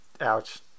Ouch